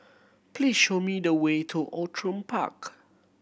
please show me the way to Outram Park